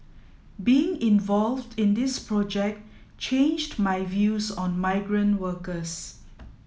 being involved in this project changed my views on migrant workers